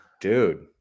dude